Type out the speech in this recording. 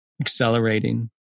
accelerating